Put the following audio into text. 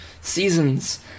seasons